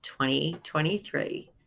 2023